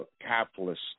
capitalist